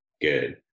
good